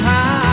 High